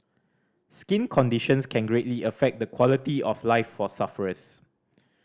skin conditions can greatly affect the quality of life for sufferers